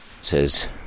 says